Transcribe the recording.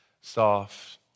soft